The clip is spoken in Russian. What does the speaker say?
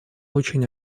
очень